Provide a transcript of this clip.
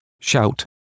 shout